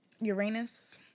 Uranus